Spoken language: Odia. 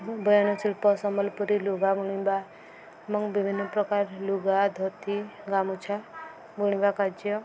ବୟନଶିଳ୍ପ ସମ୍ବଲପୁରୀ ଲୁଗା ବୁଣିବା ଏବଂ ବିଭିନ୍ନ ପ୍ରକାର ଲୁଗା ଧୋତି ଗାମୁଛା ବୁଣିବା କାର୍ଯ୍ୟ